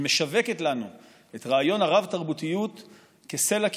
היא משווקת לנו את רעיון הרב-תרבותיות כסלע קיומנו.